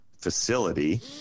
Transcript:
facility